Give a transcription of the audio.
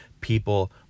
people